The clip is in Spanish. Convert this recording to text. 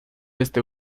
este